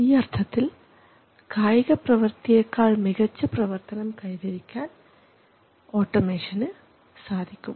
ഈ അർത്ഥത്തിൽ കായിക പ്രവർത്തിയെക്കാൾ മികച്ച പ്രവർത്തനം കൈവരിക്കാൻ ഓട്ടോമേഷന് സാധിക്കും